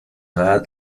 rat